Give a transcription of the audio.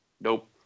Nope